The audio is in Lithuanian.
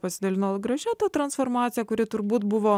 pasidalino gražia ta transformacija kuri turbūt buvo